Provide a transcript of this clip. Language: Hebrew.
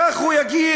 כך הוא יגיד?